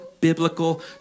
biblical